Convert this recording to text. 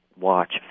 watch